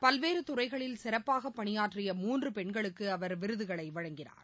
பல்வேறு துறைகளில் சிறப்பாக பணியாற்றிய மூன்று பெண்களுக்கு அவர் விருதுகளை வழங்கினார்